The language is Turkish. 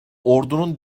ordunun